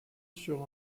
sur